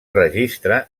registre